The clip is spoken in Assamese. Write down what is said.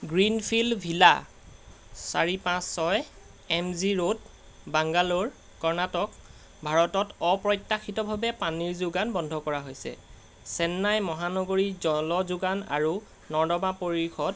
গ্ৰীণফিল্ড ভিলা চাৰি পাঁচ ছয় M G road Bangalore Karnataka ভাৰতত অপ্ৰত্যাশিতভাৱে পানীৰ যোগান বন্ধ কৰা হৈছে চেন্নাই মহানগৰী জল যোগান আৰু নৰ্দমা পৰিষদ